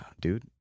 dude